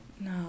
No